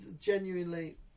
genuinely